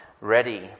ready